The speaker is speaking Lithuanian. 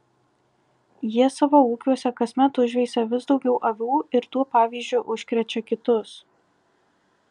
jie savo ūkiuose kasmet užveisia vis daugiau avių ir tuo pavyzdžiu užkrečia kitus